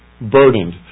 burdened